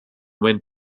went